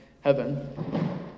heaven